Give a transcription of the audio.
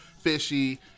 fishy